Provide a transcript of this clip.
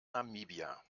namibia